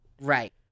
Right